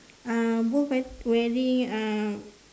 uh both wear wearing uh